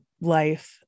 life